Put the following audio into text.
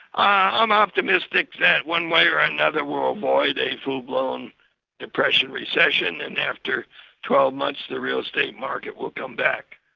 i'm optimistic that one way or another we'll avoid a full-blown depression recession, and after twelve months the real estate market will come back.